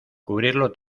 cubrirlo